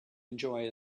enjoy